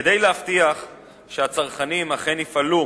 כדי להבטיח שצרכנים אכן יפעלו